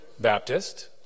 Baptist